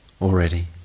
already